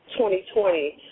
2020